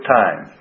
time